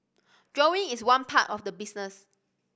drawing is one part of the business